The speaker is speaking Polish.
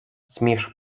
zmierzch